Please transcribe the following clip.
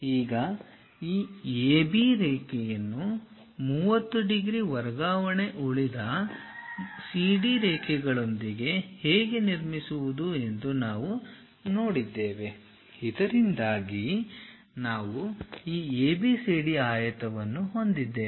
ಈಗ ಈ AB ರೇಖೆಯನ್ನು 30 ಡಿಗ್ರಿ ವರ್ಗಾವಣೆ ಉಳಿದ CD ರೇಖೆಗಳೊಂದಿಗೆ ಹೇಗೆ ನಿರ್ಮಿಸುವುದು ಎಂದು ನಾವು ನೋಡಿದ್ದೇವೆ ಇದರಿಂದಾಗಿ ನಾವು ಈ ABCD ಆಯತವನ್ನು ಹೊಂದಿದ್ದೇವೆ